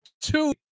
two